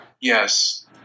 yes